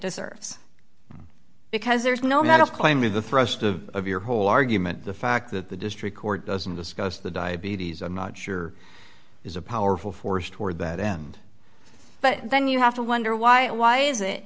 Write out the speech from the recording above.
deserves because there's no i'm not claiming the thrust of your whole argument the fact that the district court doesn't discuss the diabetes i'm not sure is a powerful force toward that end but then you have to wonder why why is it